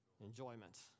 Enjoyment